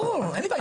ברור, אין לי בעיה.